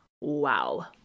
Wow